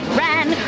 ran